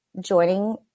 joining